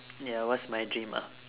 ya what's my dream ah